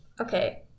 Okay